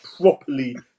properly